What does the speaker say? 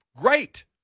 great